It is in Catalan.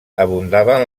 abundaven